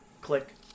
Click